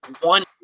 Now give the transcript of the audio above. One